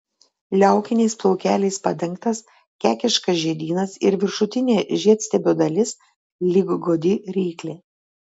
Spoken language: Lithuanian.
liaukiniais plaukeliais padengtas kekiškas žiedynas ir viršutinė žiedstiebio dalis lyg godi ryklė